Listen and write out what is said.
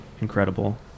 incredible